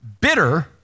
bitter